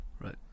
Right